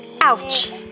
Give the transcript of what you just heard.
Ouch